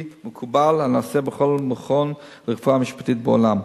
מקובל הנעשה בכל מכון לרפואה משפטית בעולם.